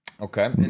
Okay